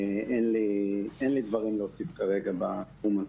אין לי דברים להוסיף כרגע בתחום הזה.